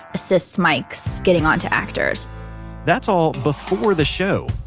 assist mics getting on to actors that's all before the show.